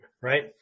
right